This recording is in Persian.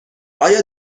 آیا